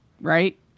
right